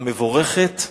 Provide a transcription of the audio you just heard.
המבורכת,